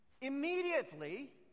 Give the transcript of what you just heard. immediately